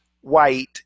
white